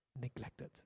neglected